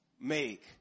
make